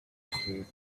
street